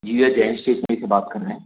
जी भैया जैन स्टेसनरी से बात कर रहें